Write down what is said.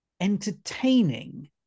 entertaining